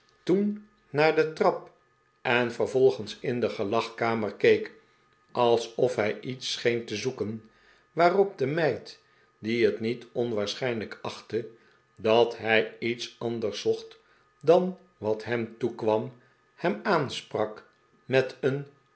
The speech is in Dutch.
toen naar de trap en vervolgens in de gelagkamer keek alsof hij iets scheen te zoeken waarop de meid die het niet onwaarschijnlijk achtte dat hij iets anders zocht dan wat hem toekwam hem aansprak met een